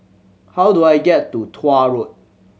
how do I get to Tuah Road